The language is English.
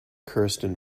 kirsten